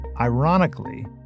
ironically